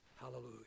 Hallelujah